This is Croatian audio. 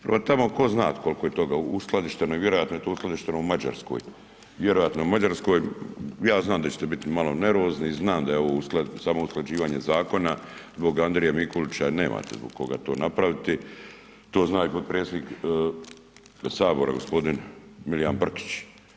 Prema tome tko zna koliko je toga uskladišteno i vjerojatno je to uskladišteno u Mađarskoj, vjerojatno u Mađarskoj, ja znam da ćete biti malo nervozni, znam da je ovo samo usklađivanje zakona zbog Andrije Mikulića, nemate zbog koga to napraviti, to zna i potpredsjednik Sabora, g. Milijan Brkić.